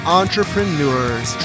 entrepreneurs